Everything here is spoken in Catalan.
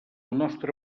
nostre